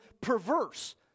perverse